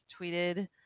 tweeted